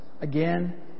again